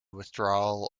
withdrawal